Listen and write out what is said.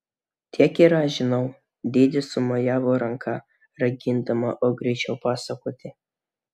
tiek ir aš žinau didi sumojavo ranka ragindama o greičiau pasakoti